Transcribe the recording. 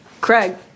Craig